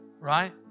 right